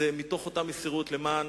ומתוך אותה מסירות למען